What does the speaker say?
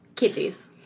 Kitties